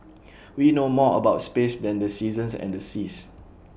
we know more about space than the seasons and the seas